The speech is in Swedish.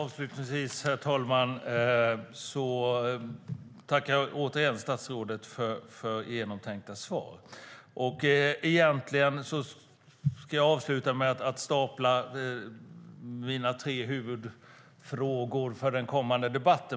Herr talman! Jag tackar återigen statsrådet för genomtänkta svar. Jag tänkte avsluta med att räkna upp mina tre huvudfrågor för en kommande debatt.